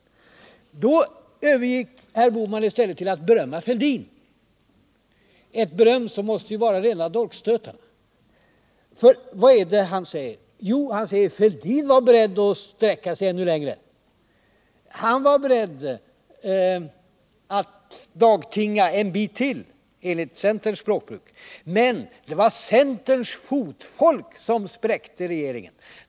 Då övergick herr Bohman i stället till att berömma herr Fälldin — ett beröm som ju måste vara rena dolkstöten. För vad är det herr Bohman säger? Jo, han säger: Thorbjörn Fälldin var beredd att sträcka sig ännu längre. Han var beredd att dagtinga en bit till, enligt centerns språkbruk, men det var centerns fotfolk som spräckte regeringen.